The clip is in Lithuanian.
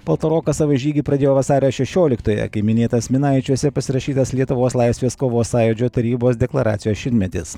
paltarokas savo žygį pradėjo vasario šešioliktąją kai minėtas minaičiuose pasirašytas lietuvos laisvės kovos sąjūdžio tarybos deklaracijos šimtmetis